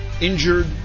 injured